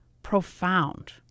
profound